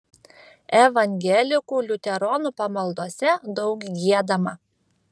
evangelikų liuteronų pamaldose daug giedama